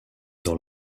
dans